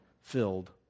filled